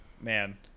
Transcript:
Man